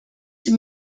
sie